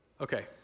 Okay